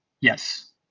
Yes